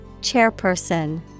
Chairperson